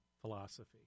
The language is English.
philosophy